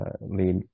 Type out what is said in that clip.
lead